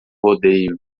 rodeio